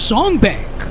Songbank